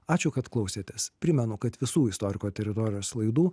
ačiū kad klausėtės primenu kad visų istoriko teritorijos laidų